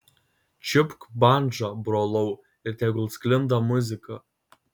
čiupk bandžą brolau ir tegul sklinda muzika